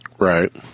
Right